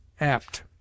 APT